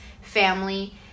family